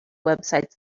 websites